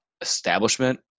establishment